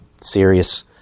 Serious